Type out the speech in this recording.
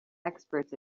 experts